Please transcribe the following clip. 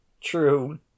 true